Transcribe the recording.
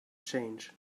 change